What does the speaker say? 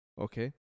okay